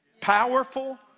powerful